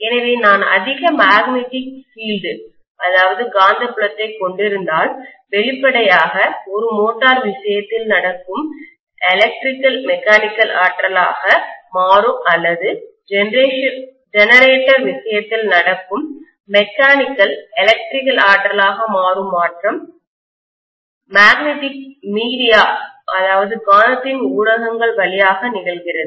எனவே நான் அதிக மேக்னெட்டிக் ஃபீல்ட் காந்தப்புலத்தைக் கொண்டிருந்தால் வெளிப்படையாக ஒரு மோட்டார் விஷயத்தில் நடக்கும் எலக்ட்ரிக்கல் மெக்கானிக்கல் ஆற்றலாக மாறும் அல்லது ஜெனரேட்டர் விஷயத்தில் நடக்கும் மெக்கானிக்கல் எலக்ட்ரிக்கல் ஆற்றலாக மாறும் மாற்றம் மேக்னெட்டிக் மீடியா காந்தத்தின் ஊடகங்கள் வழியாக நிகழ்கிறது